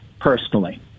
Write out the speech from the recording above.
personally